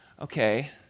Okay